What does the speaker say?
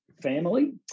family